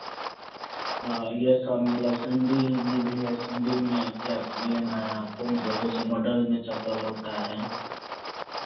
हाँ ये सब मतलब सैंडिल में भी है सैंडिल में क्या लेना है आपको मतलब जैसे मॉडल में चप्पल होता है